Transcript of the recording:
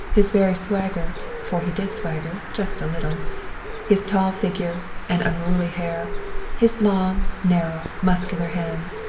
his very swagger for he did swagger, just a little his tall figure and unruly hair his long, narrow, muscular hands.